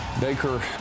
Baker